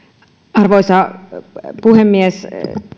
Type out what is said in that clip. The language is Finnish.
arvoisa puhemies